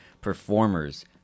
performers